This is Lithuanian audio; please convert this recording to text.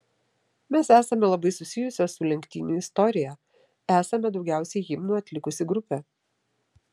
mes esame labai susijusios su lenktynių istorija esame daugiausiai himnų atlikusi grupė